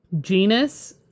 genus